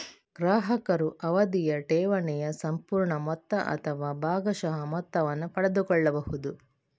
ಗ್ರಾಹಕರು ಅವಧಿಯ ಠೇವಣಿಯ ಸಂಪೂರ್ಣ ಮೊತ್ತ ಅಥವಾ ಭಾಗಶಃ ಮೊತ್ತವನ್ನು ಪಡೆದುಕೊಳ್ಳಬಹುದು